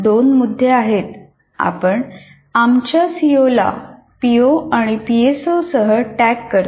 दोन मुद्दे आहेतआपण आमच्या सीओला पीओ आणि पीएसओ सह टॅग करतो